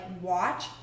watch